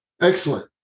Excellent